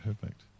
perfect